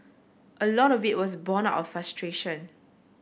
a lot of it was born out of frustration